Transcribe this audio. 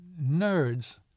nerds